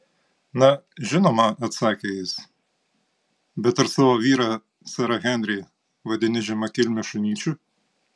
na žinoma atsakė jis bet ar savo vyrą serą henrį vadini žemakilmiu šunyčiu